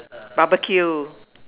barbecue